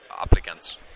applicants